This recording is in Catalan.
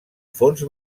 fons